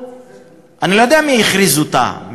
אני לא יודע מי הכריז אותה,